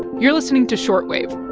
you're listening to short wave